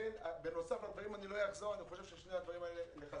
לכן אני רוצה לחזק את שני הדברים האלה.